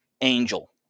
angel